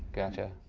gotcha.